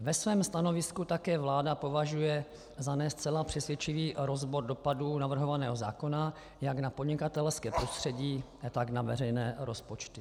Ve svém stanovisku také vláda považuje za ne zcela přesvědčivý rozbor dopadů navrhovaného zákona jak na podnikatelské prostředí, tak na veřejné rozpočty.